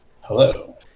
Hello